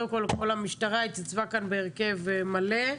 קודם כל המשטרה התייצבה כאן בהרכב מלא.